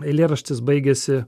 eilėraštis baigiasi